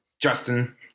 Justin